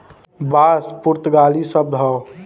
बांस पुर्तगाली शब्द हौ